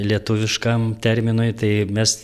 lietuviškam terminui tai mes